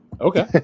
okay